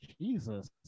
Jesus